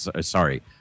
sorry